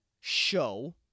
show